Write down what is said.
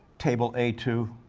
table a two,